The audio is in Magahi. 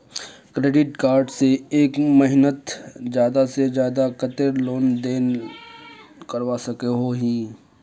क्रेडिट कार्ड से एक महीनात ज्यादा से ज्यादा कतेरी लेन देन करवा सकोहो ही?